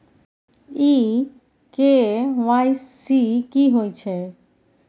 इ के.वाई.सी की होय छै?